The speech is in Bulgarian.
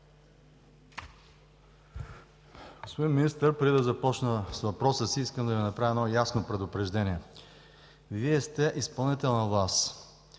Господин Министър, преди да започна с въпроса си искам да Ви направя едно ясно предупреждение. Вие сте изпълнителна власт,